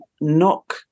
knock